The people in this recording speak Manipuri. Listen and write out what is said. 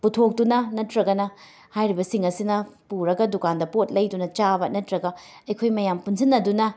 ꯄꯨꯊꯣꯛꯇꯨꯅ ꯅꯠꯇ꯭ꯔꯒꯅ ꯍꯥꯏꯔꯤꯕꯁꯤꯡ ꯑꯁꯤꯅ ꯄꯨꯔꯒ ꯗꯨꯀꯥꯟꯗ ꯄꯣꯠ ꯂꯩꯗꯨꯅ ꯆꯥꯕ ꯅꯠꯇ꯭ꯔꯒꯅ ꯑꯩꯈꯣꯏ ꯃꯌꯥꯝ ꯄꯨꯟꯁꯤꯟꯅꯗꯨꯅ